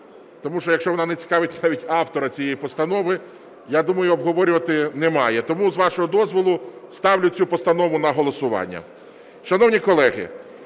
Тому що, якщо вона не цікавить навіть автора цієї постанови, я думаю, обговорювати немає. Тому, з вашого дозволу, ставлю цю постанову на голосування.